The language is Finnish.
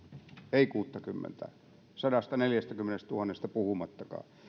ei kuuttakymmentätuhatta sadastaneljästäkymmenestätuhannesta puhumattakaan